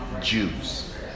jews